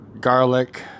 garlic